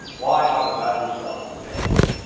why not avail yourself of the best?